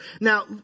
Now